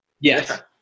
yes